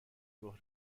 ظهر